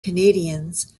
canadiens